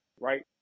right